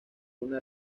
una